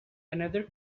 another